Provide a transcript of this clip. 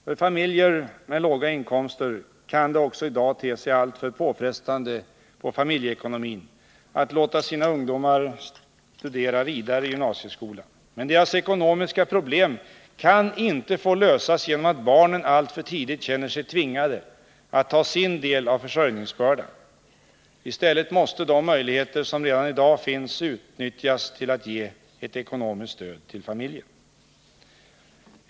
För familjer med låga inkomster kan det också i dag te sig alltför påfrestande på familjeekonomin att låta sina ungdomar studera vidare i gymnasieskolan. Men deras ekonomiska problem kan inte få lösas genom att barnen alltför tidigt känner sig tvingade att ta sin del av för: ingsbördan. I stället måste de möjligheter som redan i dag finns utnyttjas till att ge ett ekonomiskt stöd till familjen.